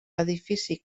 edifici